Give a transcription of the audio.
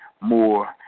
more